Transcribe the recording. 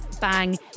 bang